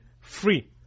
free